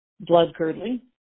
blood-curdling